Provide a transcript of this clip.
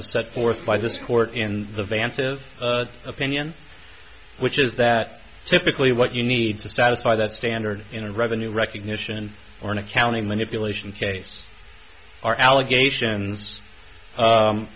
was set forth by this court in the vantive opinion which is that typically what you need to satisfy that standard in revenue recognition or an accounting manipulation case are allegations